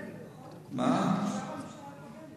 אושר בממשלה הקודמת, נכון?